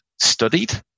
studied